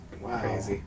Wow